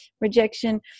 rejection